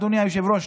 אדוני היושב-ראש,